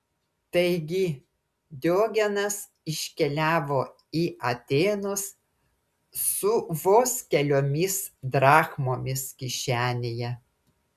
taigi diogenas iškeliavo į atėnus su vos keliomis drachmomis kišenėje